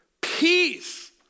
Peace